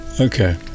Okay